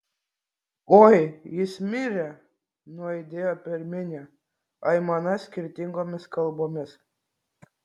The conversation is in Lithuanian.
oi jis mirė nuaidėjo per minią aimana skirtingomis kalbomis